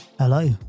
Hello